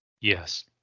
Yes